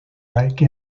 like